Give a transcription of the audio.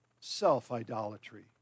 self-idolatry